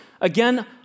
Again